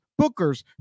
bookers